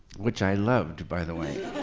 which i loved, by the way.